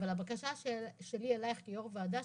אבל הבקשה שלי אליך כיו"ר ועדה,